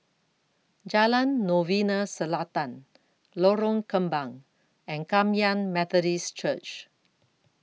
Jalan Novena Selatan Lorong Kembang and Kum Yan Methodist Church